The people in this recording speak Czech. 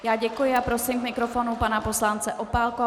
Já děkuji a prosím k mikrofonu pana poslance Opálku.